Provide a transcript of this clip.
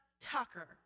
Tucker